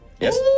Yes